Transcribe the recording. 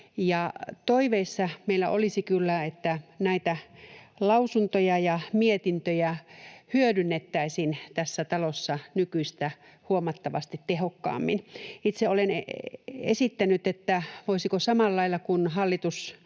toiveissa meillä olisi kyllä, että näitä lausuntoja ja mietintöjä hyödynnettäisiin tässä talossa nykyistä huomattavasti tehokkaammin. Itse olen esittänyt, että kun hallitus